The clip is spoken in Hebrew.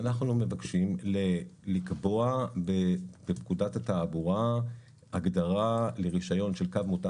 אנחנו מבקשים לקבוע בפקודת התעבורה הגדרה לרישיון של קו מותאם